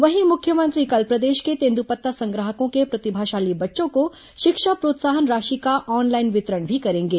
वहीं मुख्यमंत्री कल प्रदेश के तेंदूपत्ता संग्राहकों के प्रतिभाशाली बच्चों को शिक्षा प्रोत्साहन राशि का ऑनलाइन वितरण भी करेंगे